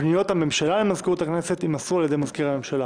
פניות הממשלה למזכירות הכנסת יימסרו על ידי מזכיר הממשלה.